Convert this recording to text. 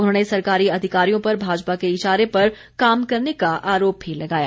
उन्होंने सरकारी अधिकारियों पर भाजपा के इशारे पर काम करने का आरोप भी लगाया